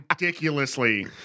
ridiculously